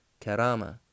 karama